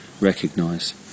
recognise